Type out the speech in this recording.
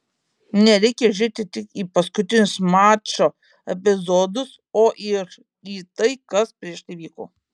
nereikia žiūrėti tik į paskutinius mačo epizodus o ir į tai kas prieš tai vyko